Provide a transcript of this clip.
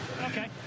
Okay